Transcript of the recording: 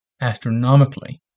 astronomically